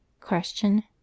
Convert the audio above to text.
Question